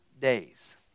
days